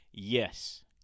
yes